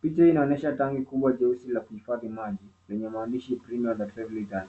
Picha inaonyesha tanki kubwa jeusi la kuhifadhi maji lenye maandishi premium